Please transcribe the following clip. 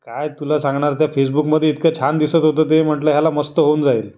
काय तुला सांगणार त्या फेसबुकमध्ये इतकं छान दिसत होतं ते म्हटलं ह्याला मस्त होऊन जाईल